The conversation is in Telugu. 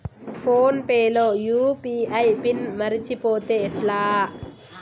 ఫోన్ పే లో యూ.పీ.ఐ పిన్ మరచిపోతే ఎట్లా?